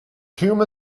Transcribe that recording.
hume